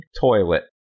toilet